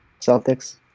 Celtics